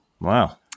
wow